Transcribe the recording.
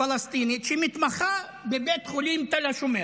פלסטינית שמתמחה בבית חולים תל השומר,